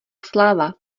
sláva